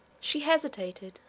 she hesitated,